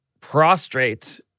prostrate